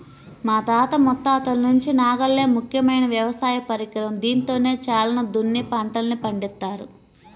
మా తాత ముత్తాతల నుంచి నాగలే ముఖ్యమైన వ్యవసాయ పరికరం, దీంతోనే చేలను దున్ని పంటల్ని పండిత్తారు